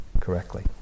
correctly